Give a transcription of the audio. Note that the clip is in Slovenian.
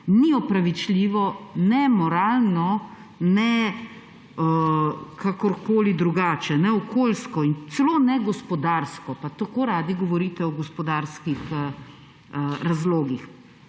ni opravičljivo, ne moralno, ne kakorkoli drugače, ne okoljsko in celo ne gospodarsko, pa tako radi govorite o gospodarskih razlogih.